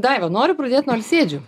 daiva noriu pradėt nuo alsėdžių